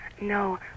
No